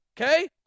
okay